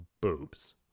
boobs